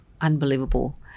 unbelievable